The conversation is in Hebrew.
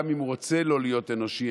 גם אם הוא רוצה לא להיות אנושי,